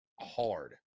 hard